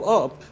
up